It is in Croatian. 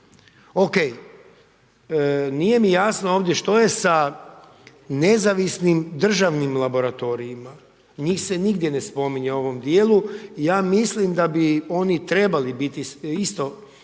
OK. Nije mi jasno ovdje što je sa nezavisnim državnim laboratorijima. Njih se nigdje ne spominje u ovom dijelu i ja mislim da bi oni trebali biti isto